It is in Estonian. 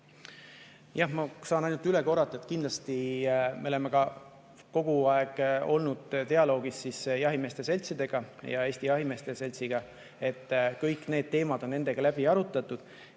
Jah, ma saan ainult üle korrata, et kindlasti me oleme kogu aeg olnud dialoogis jahimeeste seltsidega ja Eesti Jahimeeste Seltsiga. Kõik need teemad on nendega läbi arutatud.